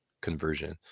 conversion